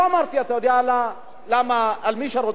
על מי שרוצה לאכול בשר,